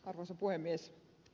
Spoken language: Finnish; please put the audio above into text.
arvoisa puhemies